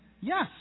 Yes